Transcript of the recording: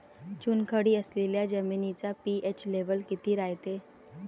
चुनखडी असलेल्या जमिनीचा पी.एच लेव्हल किती रायते?